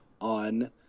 on